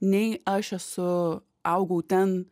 nei aš esu augau ten